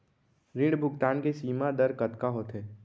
ऋण भुगतान के सीमा दर कतका होथे?